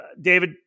David